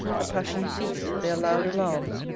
the passions ceas'd their loud alarms,